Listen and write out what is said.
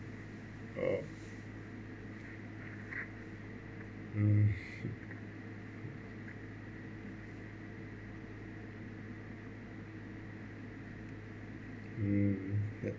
oh mm mm